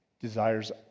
desires